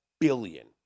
billion